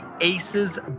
Aces